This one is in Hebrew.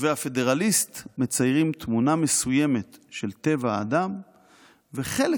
--- כותבי הפדרליסט מציירים תמונה מסוימת של טבע האדם וחלק